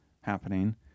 happening